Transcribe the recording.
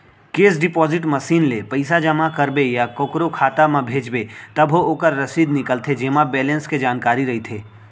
cash deposit machine ले पइसा जमा करबे या कोकरो खाता म भेजबे तभो ओकर रसीद निकलथे जेमा बेलेंस के जानकारी रइथे